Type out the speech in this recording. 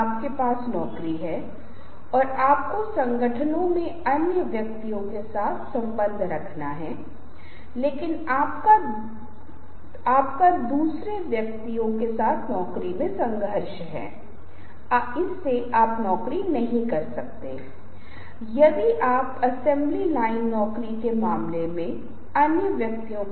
तो आप इस दिशा में उदारतापूर्वक देखें इस अंक पर हो सकते हैं तो आप इस दिशा में देखते हैं फिर आप इस दिशा को देखते हैं फिर आप यहाँ आते हैं फिर आप यहाँ आते हैं फिर आप आते हैं यहाँ शायद यहाँ और यहाँ थोड़ा ध्यान दें